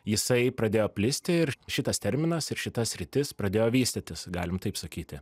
jisai pradėjo plisti ir šitas terminas ir šita sritis pradėjo vystytis galim taip sakyti